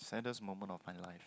saddest moment of my life